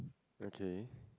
okay